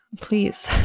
Please